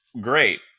great